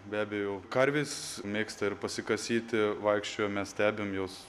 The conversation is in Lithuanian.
be abejo karvės mėgsta ir pasikasyti vaikščiojam mes stebim juos